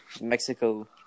Mexico